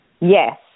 Yes